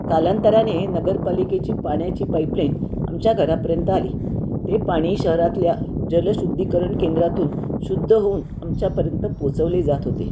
कालांतराने नगरपालिकेची पाण्याची पाईपलाईन आमच्या घरापर्यंत आली ते पाणी शहरातल्या जलशुद्धीकरण केंद्रातून शुद्ध होऊन आमच्यापर्यंत पोचवले जात होते